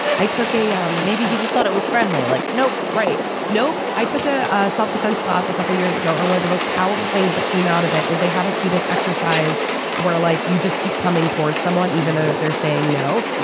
i took a. um maybe he just thought it was friendly, like. nope. right nope i took a self-defense class a couple of years ago and one of the most powerful things that came out of it is they had us do this exercise where, like, you just keep coming toward someone even though they're saying no.